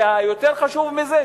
ויותר חשוב מזה,